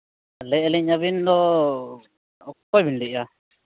ᱞᱟᱹᱭᱮᱫᱼᱟᱹᱞᱤᱧ ᱟᱵᱤᱱᱫᱚ ᱚᱠᱚᱭᱵᱤᱱ ᱞᱟᱹᱭᱮᱫᱼᱟ